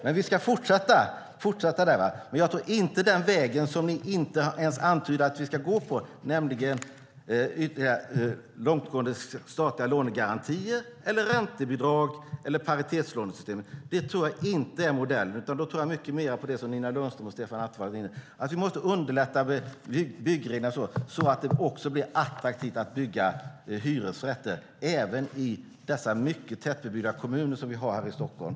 Men vi ska fortsätta, men inte på den väg som ni inte ens har antytt att vi ska ta, nämligen långtgående statliga lånegarantier, räntebidrag eller paritetslånesystemet. Det tror jag inte är modellen, utan jag tror mycket mer på det som Nina Lundström och Stefan Attefall var inne på. Vi måste underlägga byggreglerna så att det blir attraktivt att bygga också hyresrätter, även i de tätbebyggda kommuner som ligger runt Stockholm.